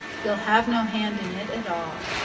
you'll have no hand in it at all.